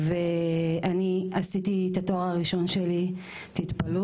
ואני עשיתי את התואר הראשון שלי תתפלאו,